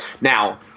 Now